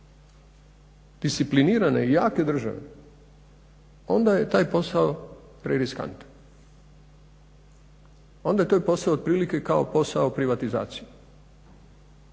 disciplinirane i jake države, onda je taj posao preriskantan. Onda je taj posao otprilike kao posao privatizacije.